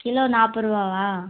kilo நாற்பது ரூபாவா